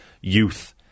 youth